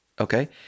Okay